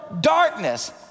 darkness